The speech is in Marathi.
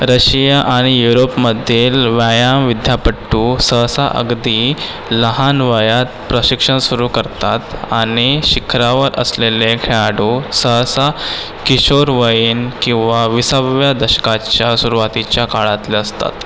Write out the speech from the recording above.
रशिया आणि युरोपमधील व्यायामविद्यापटू सहसा अगदी लहान वयात प्रशिक्षण सुरू करतात आणि शिखरावर असलेले खेळाडू सहसा किशोरवयीन किंवा विसाव्या दशकाच्या सुरुवातीच्या काळातले असतात